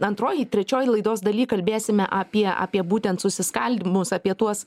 antroji trečioji laidos dalyje kalbėsime apie apie būtent susiskaldymus apie tuos